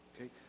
Okay